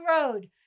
road